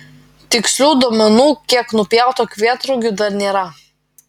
tikslių duomenų kiek nupjauta kvietrugių dar nėra